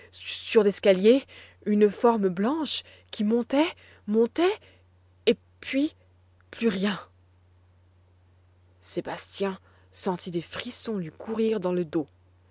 sur l'escalier une forme blanche qui montait montait et puis plus rien sébastien sentit des frissons lui courir dans le dos